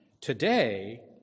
today